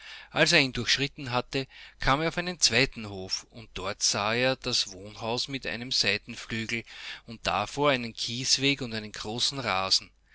zuerstkameraufeinenhofplatz dervonlangen rotenwirtschaftsgebäuden umgebenundsogroßwarwieeinmarktplatz alserihndurchschrittenhatte kam er auf einen zweiten hof und dort sah er das wohnhaus mit einem seitenflügel und davor einen kiesweg und einen großen rasen